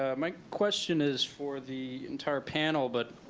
ah my question is for the entire panel, but,